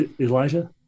Elijah